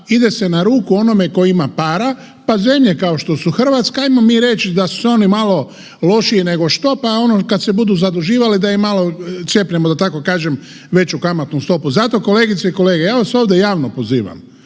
ide se na ruku onome tko ima para, pa zemlje kao što su Hrvatska ajmo mi reći da su se oni malo lošiji nego što, pa ono kad se budu zaduživali da im malo cjepnemo, da tako kažem, veću kamatnu stopu. Zato kolegice i kolege ja vas ovdje javno pozivam,